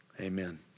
Amen